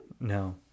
No